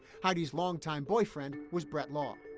heidi's long time boyfriend, was brett long.